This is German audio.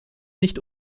nicht